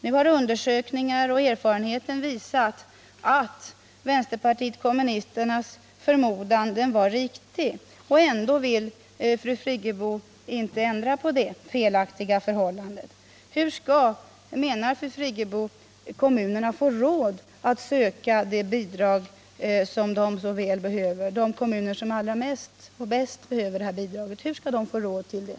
Nu har undersökningar och gjorda erfarenheter visat att vänsterpartiet kommunisternas förmodan var riktig. Ändå vill fru Friggebo inte ändra på det felaktiga förhållandet. Hur skall, menar fru Friggebo, de kommuner som allra mest behöver detta bidrag få råd att söka det?